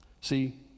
See